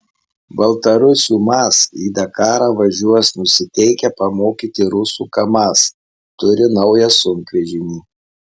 baltarusių maz į dakarą važiuos nusiteikę pamokyti rusų kamaz turi naują sunkvežimį